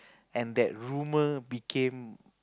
and that rumor became